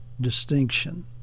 distinction